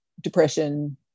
depression